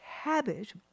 habit